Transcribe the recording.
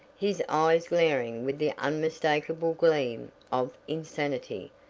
his eyes glaring with the unmistakable gleam of insanity,